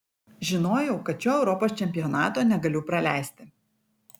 žinojau kad šio europos čempionato negaliu praleisti